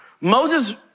Moses